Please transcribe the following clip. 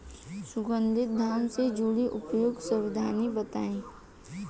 सुगंधित धान से जुड़ी उपयुक्त सावधानी बताई?